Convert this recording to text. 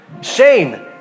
Shane